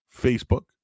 Facebook